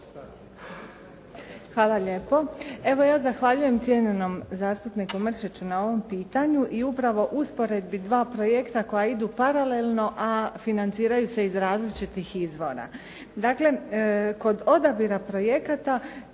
Hvala lijepo. Evo ja zahvaljujem cijenjenom zastupniku Mršiću na ovom pitanju i upravo usporedbi dva projekta koja idu paralelno, a financiraju se iz različitih izvora.